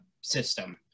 system